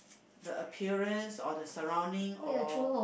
the appearance or the surrounding or